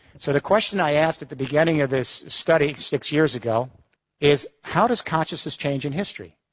so the question i asked at the beginning of this study six years ago is how does consciousness change in history?